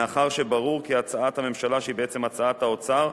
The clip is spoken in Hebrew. מאחר שברור כי הצעת הממשלה, שהיא בעצם הצעת האוצר,